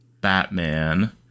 Batman